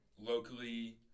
Locally